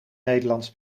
nederlands